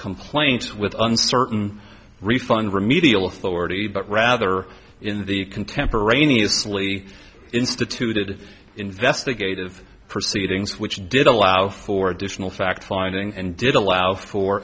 complaints with uncertain refund remedial authority but rather in the contemporaneously instituted investigative proceedings which did allow for additional fact finding and did allow for